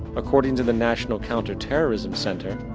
according to the national counter-terrorism center,